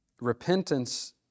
Repentance